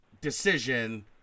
decision